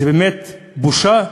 זאת באמת בושה,